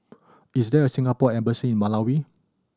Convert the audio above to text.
is there a Singapore Embassy in Malawi